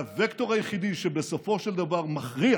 והווקטור היחידי שבסופו של דבר מכריע